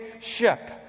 ship